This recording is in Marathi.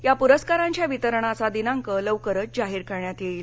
या प्रस्कारांच्या वितरणाचा दिनांक लवकरच जाहीर करण्यात येईल